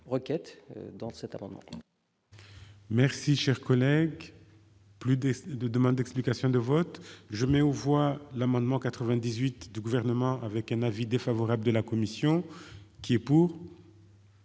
Merci, cher collègue plus décidé de demandes d'explications de vote, je mets aux voix l'amendement 98 du gouvernement avec un avis défavorable de la commission qui est pour.